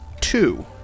two